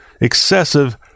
excessive